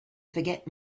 forget